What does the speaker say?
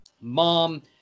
mom